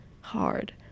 hard